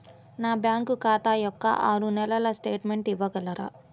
నా బ్యాంకు ఖాతా యొక్క ఆరు నెలల స్టేట్మెంట్ ఇవ్వగలరా?